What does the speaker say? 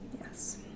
Yes